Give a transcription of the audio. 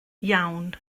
iawn